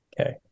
Okay